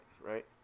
right